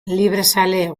librezale